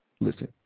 listen